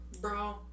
bro